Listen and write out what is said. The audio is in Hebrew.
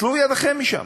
טלו ידיכם משם,